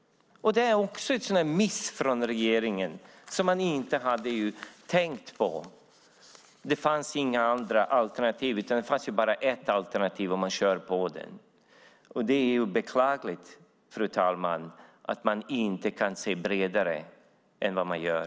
Det är också en miss från regeringen, något som man inte hade tänkt på. Det fanns inga andra alternativ. Det fanns bara ett alternativ och man kör på det. Det är beklagligt, fru talman, att man inte kan se bredare än man gör.